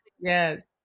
Yes